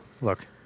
Look